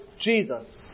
Jesus